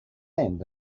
end